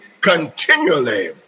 continually